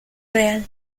real